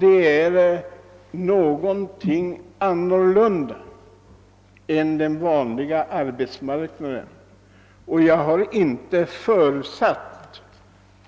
Det är någonting annat än den vanliga arbetsmarknaden, och jag har därför inte förutsatt